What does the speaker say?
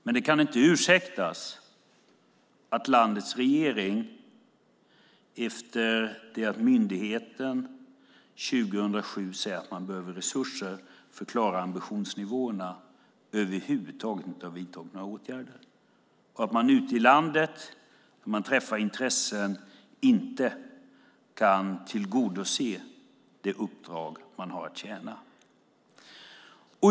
Men det kan inte ursäktas att landets regering, efter det att myndigheten 2007 sagt att de behöver resurser för att klara ambitionsnivåerna, över huvud taget inte har vidtagit några åtgärder och att man ute i landet, när man träffar intressenter, inte kan tillgodose det uppdrag man har att tjäna.